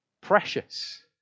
Precious